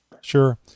sure